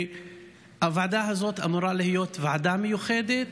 והוועדה הזאת אמורה להיות ועדה מיוחדת.